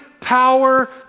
power